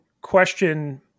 question